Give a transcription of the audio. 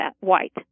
white